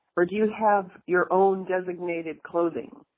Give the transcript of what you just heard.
or do you have your own designated clothing?